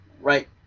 right